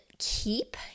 keep